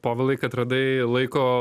povilai kad radai laiko